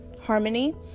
harmony